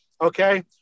okay